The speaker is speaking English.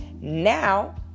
now